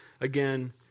again